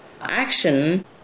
action